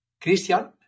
Christian